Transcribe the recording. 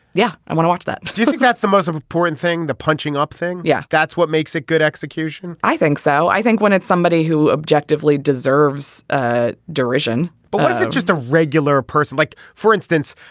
yeah and when i watch that do you think that's the most important thing the punching up thing. yeah. that's what makes it good execution i think so. i think when it's somebody who objectively deserves ah derision but it's just a regular person like for instance.